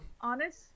honest